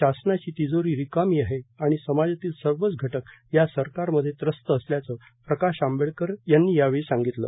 शासनाची तिजोरी रिकामी आहेत आणि समाजातील सर्वच घटक या सरकारमध्ये त्रस्त असल्याचे प्रकाश आंबेडकर यावेळी म्हणाले